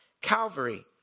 Calvary